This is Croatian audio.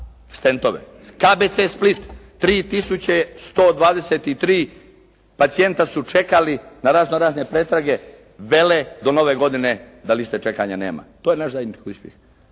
"Stentove". KBC "Split" 3 tisuće 123 pacijenta su čekali na raznorazne pretrage vele do nove godine da liste čekanja nema. To je naš zajednički uspjeh.